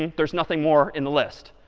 and there's nothing more in the list?